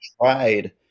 tried